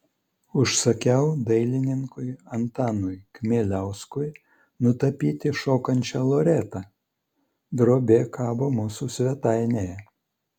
užsakiau dailininkui antanui kmieliauskui nutapyti šokančią loretą drobė kabo mūsų svetainėje